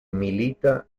milita